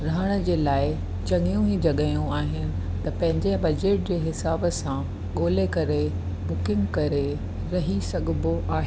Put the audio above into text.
रहण जे लाइ चंङियूं ई जॻहियूं आहिनि त पंहिंजे बजट जे हिसाब सां ॻोल्हे करे बुकिंग करे रही सकबो आहे